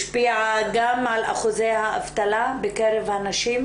השפיעה גם על אחוזי האבטלה בקרב הנשים